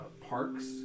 parks